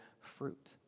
fruit